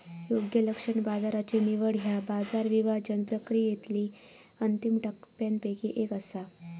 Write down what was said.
योग्य लक्ष्य बाजाराची निवड ह्या बाजार विभाजन प्रक्रियेतली अंतिम टप्प्यांपैकी एक असा